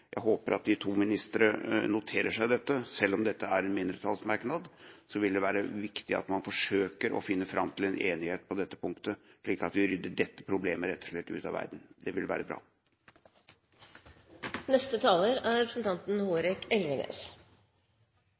Jeg håper at de to ministrene noterer seg dette. Selv om dette er en mindretallsmerknad, vil det være viktig at man forsøker å finne fram til en enighet på dette punktet, slik at vi rett og slett rydder dette problemet ut av verden. Det ville vært bra. Den sikkerhetspolitiske situasjonen er